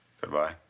Goodbye